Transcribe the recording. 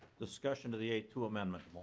discussion to the a two amendment?